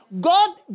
God